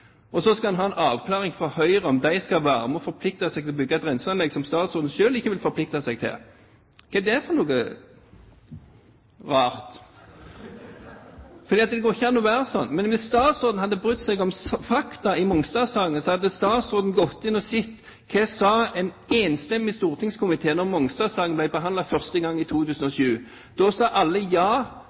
Så skal man ha en avklaring fra Høyre om at de skal være med og forplikte seg til å bygge et renseanlegg som statsråden selv ikke vil forplikte seg til. Hva er det for noe rart? Det går ikke an å være sånn. Hvis statsråden hadde brydd seg om fakta i Mongstad-saken, hadde statsråden gått inn og sett hva en enstemmig stortingskomité sa da Mongstad-saken ble behandlet første gang i 2007. Da sa alle ja